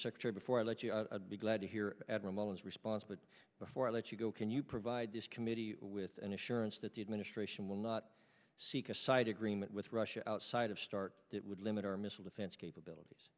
secretary before i let you be glad to hear admiral mullen's response but before i let you go can you provide this committee with an assurance that the administration will not seek a side agreement with russia outside of start that would limit our missile defense capabilities